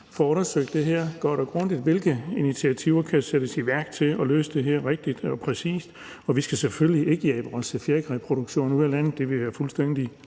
får undersøgt godt og grundigt, hvilke initiativer der kan sættes i værk for at løse det her rigtigt og præcist, og vi skal selvfølgelig ikke jage vores fjerkræproduktion ud af landet – det ville være fuldstændig